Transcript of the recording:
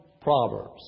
Proverbs